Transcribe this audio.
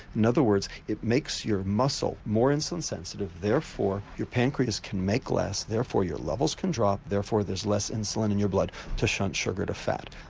in other words it makes your muscle more insulin sensitive, therefore your pancreas can make less, therefore your levels can drop, therefore there's less insulin in your blood to shunt sugar to fat.